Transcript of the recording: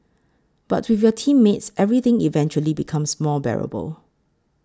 but with your teammates everything eventually becomes more bearable